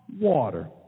water